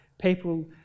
people